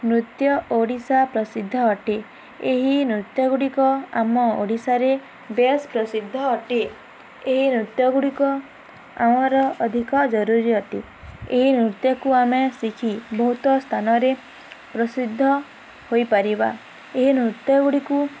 ନୃତ୍ୟ ଓଡ଼ିଶା ପ୍ରସିଦ୍ଧ ଅଟେ ଏହି ନୃତ୍ୟ ଗୁଡ଼ିକ ଆମ ଓଡ଼ିଶାରେ ବେଶ ପ୍ରସିଦ୍ଧ ଅଟେ ଏହି ନୃତ୍ୟ ଗୁଡ଼ିକ ଆମର ଅଧିକ ଜରୁରୀ ଅଟେ ଏହି ନୃତ୍ୟକୁ ଆମେ ଶିଖି ବହୁତ ସ୍ଥାନରେ ପ୍ରସିଦ୍ଧ ହୋଇପାରିବା ଏହି ନୃତ୍ୟ ଗୁଡ଼ିକୁ